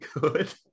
good